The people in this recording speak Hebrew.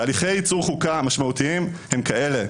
תהליכי ייצור חוקה משמעותיים הם כאלה.